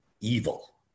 evil